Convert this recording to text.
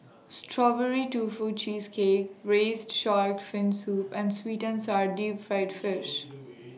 Strawberry Tofu Cheesecake Braised Shark Fin Soup and Sweet and Sour Deep Fried Fish